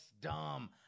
dumb